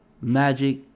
Magic